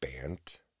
Bant